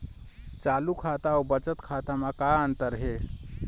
चालू खाता अउ बचत खाता म का अंतर हे?